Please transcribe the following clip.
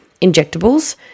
injectables